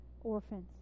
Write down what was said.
orphans